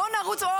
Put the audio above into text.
בואו נרוץ.